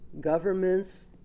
Governments